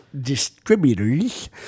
distributors